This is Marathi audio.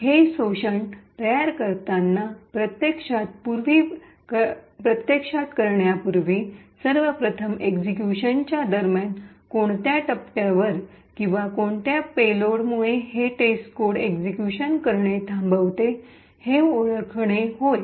हे शोषण तयार करताना प्रत्यक्षात करण्यापूर्वी सर्वप्रथम एक्सिक्यूशनच्या दरम्यान कोणत्या टप्प्यावर किंवा कोणत्या पेलोडमुळे हे टेस्टकोड एक्सिक्यूशन करणे थांबवते हे ओळखणे होय